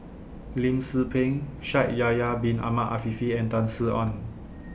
Lim Tze Peng Shaikh Yahya Bin Ahmed Afifi and Tan Sin Aun